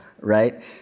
right